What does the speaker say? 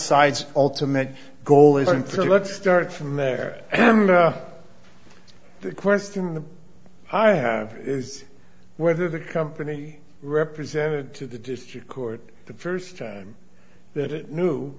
side's ultimate goal is until let's start from there and the question that i have is whether the company represented to the district court the first time that it knew